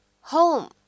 home